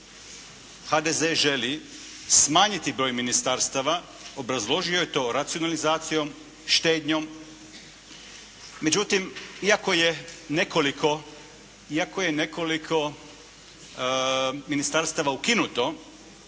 HDZ želi smanjiti broj ministarstava. Obrazložio je to racionalizacijom, štednjom. Međutim, iako je nekoliko ministarstava ukinuto